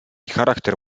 charakter